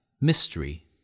mystery